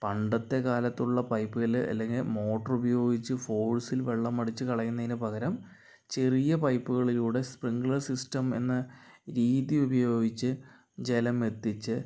പണ്ടത്തെ കാലത്തുള്ള പൈപ്പില് അല്ലെങ്കിൽ മോട്ടോർ ഉപയോഗിച്ച് ഫോഴ്സില് വെള്ളമടിച്ച് കളയുന്നതിന് പകരം ചെറിയ പൈപ്പുകളിലൂടെ സ്പ്രിങ്ക്ലെർ സിസ്റ്റം എന്ന രീതി ഉപയോഗിച്ച് ജലം എത്തിച്ച്